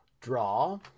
Draw